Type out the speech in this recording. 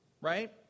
right